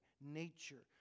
nature